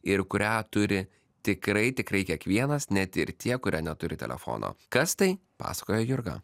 ir kurią turi tikrai tikrai kiekvienas net ir tie kurie neturi telefono kas tai pasakoja jurga